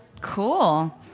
Cool